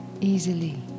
easily